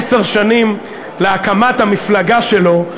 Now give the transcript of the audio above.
עשר שנים להקמת המפלגה שלו,